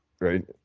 Right